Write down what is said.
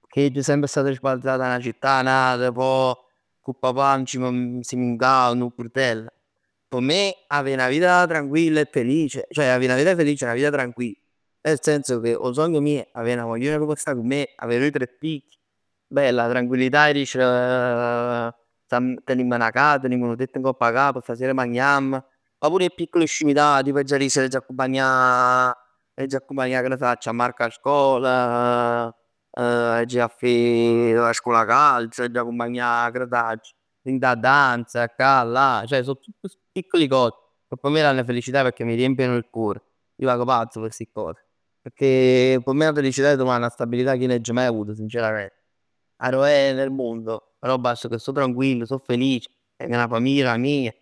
Pecchè ij agg semp stat sbalzat 'a 'na città 'a n'ata. Poi cu papà nun ci si ncuntrav. Nu burdell. P' me avè 'na vita tranquilla e felice. Ceh avè 'na vita felice è 'na vita tranquilla. Nel senso che 'o sogno mio è avè che vò stà cu me, avè duje o tre figli. Bell 'a tranquillità 'e dicere stamm metten 'e man 'a capa, tenimm nu tetto ngopp 'a capa, stasera magnamm. Ma pure 'e piccole scimità, ch' t'aggia dicere. Aggia accumpagnà, aggia accumpagnà che ne sacc, 'a Marco 'a scola. Aggia ji 'a fa 'e 'a scuola calcio, aggia accumpagnà, che ne sacc Rita a danza, accà, allà. Ceh so tutte ste piccole cose che p' me danno felicità, pecchè mi riempiono il cuore. Ij vag pazzo p' sti cose, pecchè p' me 'a felicità è 'a truvà 'a stabilità che nun agg maj avuto sincerament. Arò è è nel mondo, però bast che sto tranuquillo, sto felice. Tengo 'na famiglia dà mia.